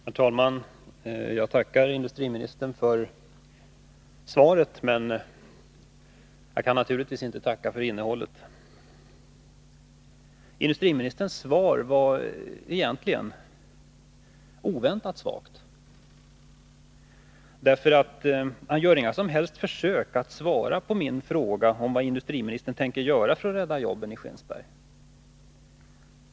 Herr talman! Jag tackar industriministern för svaret. Naturligtvis kan jag inte tacka för innehållet. Egentligen är industriministerns svar oväntat svagt. Nils Åsling gör inga som helst försök att svara på min fråga om vad han tänker göra för att rädda Om beslutad nedjobben i Skinnskatteberg.